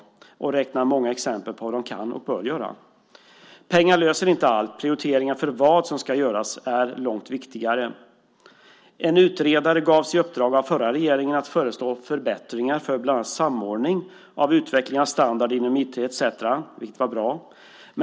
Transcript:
Man räknar upp många exempel på vad de kan och bör göra. Pengar löser inte allt. Prioriteringar av vad som ska göras är långt viktigare. En utredare gavs i uppdrag av den förra regeringen att föreslå förbättringar för bland annat samordning av utveckling av standard inom IT etcetera, vilket var bra.